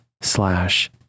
slash